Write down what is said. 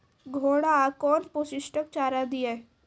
घोड़ा कौन पोस्टिक चारा दिए?